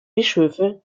bischöfe